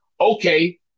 okay